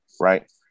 right